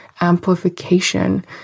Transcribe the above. amplification